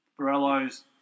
Borello's